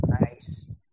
Nice